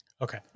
Okay